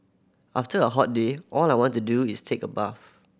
after a hot day all I want to do is take a bath